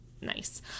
nice